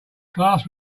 class